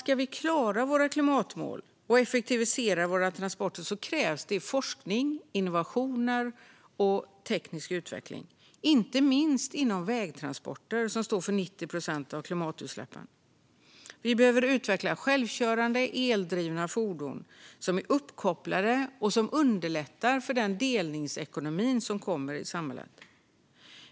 Ska vi klara våra klimatmål och effektivisera våra transporter krävs det forskning, innovation och teknisk utveckling, inte minst inom vägtransporter som står för 90 procent av klimatutsläppen. Vi behöver utveckla självkörande, eldrivna fordon som är uppkopplade och som underlättar för den delningsekonomi som kommer i samhället.